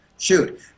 Shoot